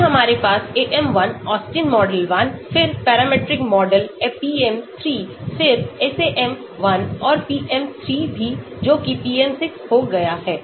फिर हमारे पास AM 1 ऑस्टिन मॉडल 1 फिर पैरामीट्रिक मॉडल PM 3 फिर SAM 1 और PM 3 भी जोकि PM 6 हो गया है